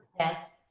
yes.